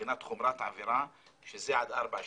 מבחינת חומרת העבירה שזה עד ארבע שנים.